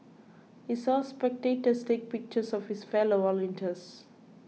he saw spectators take pictures of his fellow volunteers